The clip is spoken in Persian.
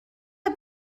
آخه